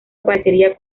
aparecería